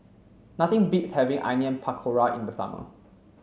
nothing beats having Onion Pakora in the summer